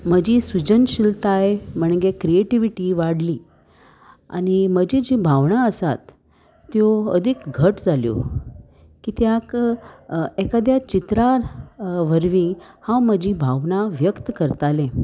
म्हजी सुजनशीलताय म्हणगे क्रिएटिविटी वाडली आनी म्हजी जीं भावनां आसात त्यो अदीक घट जाल्यो कित्याक एकाद्या चित्रा वरवीं हांव म्हजी भावना व्यक्त करतालें